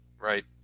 right